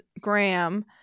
Graham